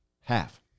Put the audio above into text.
Half